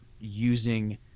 using